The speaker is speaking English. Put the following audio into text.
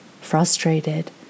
frustrated